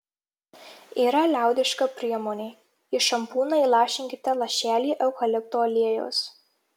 yra liaudiška priemonė į šampūną įlašinkite lašelį eukalipto aliejaus